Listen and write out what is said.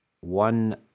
one